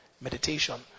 Meditation